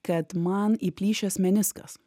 kad man įplyšęs meniskas